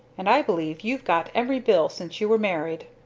and i believe you've got every bill since you were married.